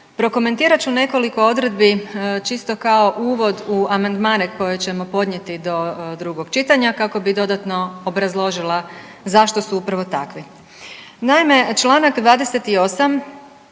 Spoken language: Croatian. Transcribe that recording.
prokomentirat ću nekoliko odredbi čisto kao uvod u amandmane koje ćemo podnijeti do drugog čitanja, kako bi dodatno obrazložila zašto su upravo takvi.